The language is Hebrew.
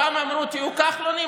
פעם אמרו: תהיו כחלונים,